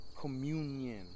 communion